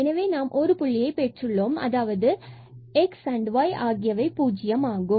எனவே நாம் ஒரு புள்ளியை பெற்றுள்ளோம் அதாவது x and y ஆகியவை பூஜ்ஜியமாகும்